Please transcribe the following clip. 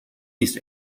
east